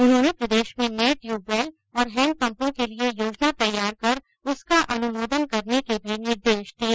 उन्होंने प्रदेश में नये ट्यूब वैल और हैंडपम्पों के लिए योजना तैयार कर उसका अनुमोदन करने के भी निर्देश दिये